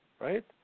right